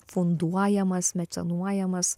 funduojamas mecenuojamas